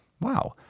wow